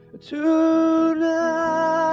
Tonight